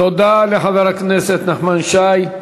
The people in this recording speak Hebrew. תודה לחבר הכנסת נחמן שי.